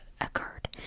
occurred